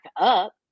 up